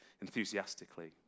enthusiastically